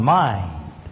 mind